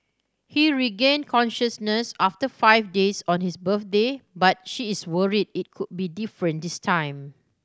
he regained consciousness after five days on his birthday but she is worried it could be different this time